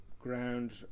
ground